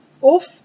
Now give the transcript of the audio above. off